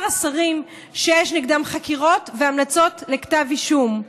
השרים שיש נגדם חקירות והמלצות לכתב אישום: